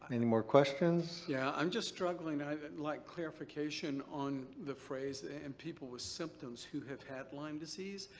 any more questions? yeah. i'm just struggling. i'd like clarification on the phrase, and people with symptoms who have had lyme disease.